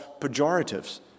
pejoratives